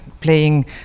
playing